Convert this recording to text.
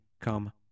come